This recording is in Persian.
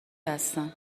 هستم